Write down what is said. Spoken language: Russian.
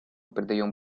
придаем